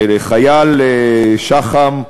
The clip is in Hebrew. חייל שח"ם,